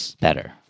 Better